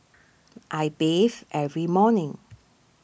I bathe every morning